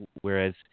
whereas